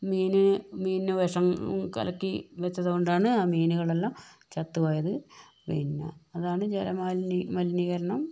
മീന് മീനിന് വിഷം കലക്കി വെച്ചതു കൊണ്ടാണ് ആ മീനുകളെല്ലാം ചത്തുപോയത് പിന്നെ അതാണ് ജല മലിനീകരണം